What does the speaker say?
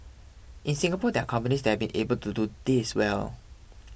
in Singapore there are companies that have been able to do this well